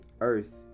earth